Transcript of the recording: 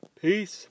Peace